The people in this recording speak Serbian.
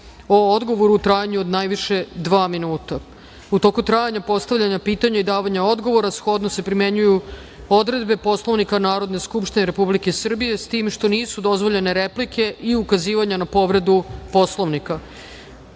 odgovoru u trajanju najviše dva minuta.U toku trajanja postavljanja pitanja i davanja odgovora shodno se primenjuju odredbe Poslovnika Narodne skupštine Republike Srbije, s tim što nisu dozvoljene replike i ukazivanja na povredu Poslovnika.U